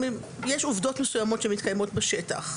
יש עובדות מסויימות שמתקיימות בשטח,